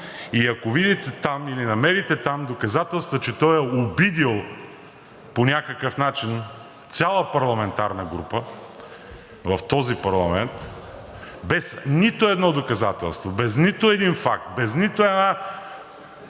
и ако видите там или намерите там доказателства, че той е обидил по някакъв начин цяла парламентарна група в този парламент – без нито едно доказателство, без нито един факт, без нито една